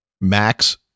Max